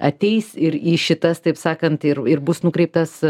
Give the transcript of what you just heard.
ateis ir į šitas taip sakant ir ir bus nukreiptas